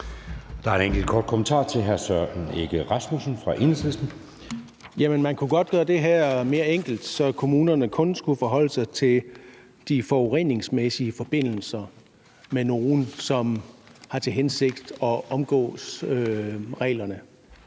Der er en enkelt kort bemærkning fra hr. Søren Egge Rasmussen fra Enhedslisten. Kl. 17:29 Søren Egge Rasmussen (EL): Man kunne godt gøre det her mere enkelt, så kommunerne kun skulle forholde sig til de forureningsmæssige forbindelser med nogle, som har til hensigt at omgå reglerne.